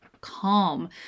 calm